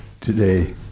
today